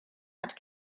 hat